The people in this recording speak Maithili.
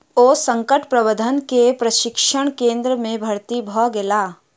ओ संकट प्रबंधन के प्रशिक्षण केंद्र में भर्ती भ गेला